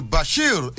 Bashir